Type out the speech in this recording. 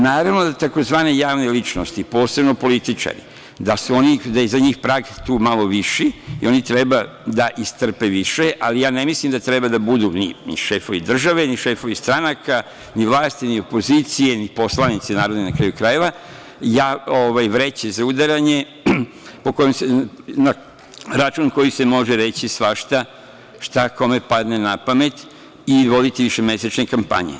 Naravno da tzv. javne ličnosti, posebno političari da je za njih prag tu malo viši i oni treba istrpe više, ali ja ne mislim da treba da budu ni šefovi države, ni šefovi stranaka, ni vlasti, ni opozicije, ni poslanici na kraju krajeva vreće za udaranje na račun čiji se može reći svašta, šta kome padne na pamet i voditi višemesečne kampanje.